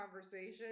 conversation